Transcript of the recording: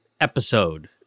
episode